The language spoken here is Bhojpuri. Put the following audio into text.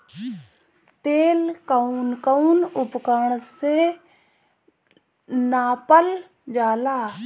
तेल कउन कउन उपकरण से नापल जाला?